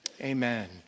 Amen